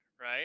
right